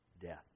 death